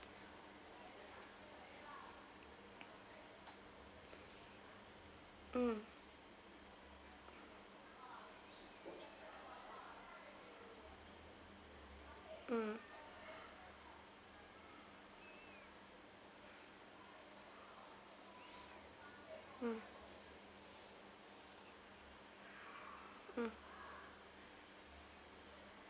mm mm mm mm